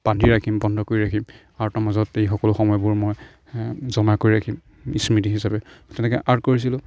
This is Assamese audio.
বান্ধি ৰাখিম বন্ধ কৰি ৰাখিম আৰ্টৰ মাজত এই সকলো সময়বোৰ মই জমা কৰি ৰাখিম স্মৃতি হিচাপে তেনেকৈ আৰ্ট কৰিছিলোঁ